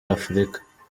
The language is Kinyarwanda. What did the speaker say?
africa